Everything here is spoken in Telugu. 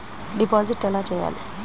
డిపాజిట్ ఎలా చెయ్యాలి?